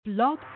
Blog